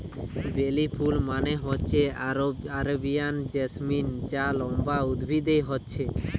বেলি ফুল মানে হচ্ছে আরেবিয়ান জেসমিন যা লম্বা উদ্ভিদে হচ্ছে